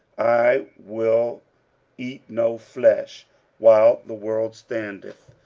i will eat no flesh while the world standeth,